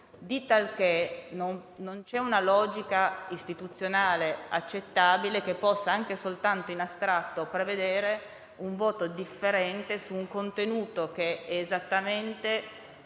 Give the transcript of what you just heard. talché non c'è una logica istituzionale accettabile che possa, anche soltanto in astratto, prevedere un voto differente su un contenuto che è esattamente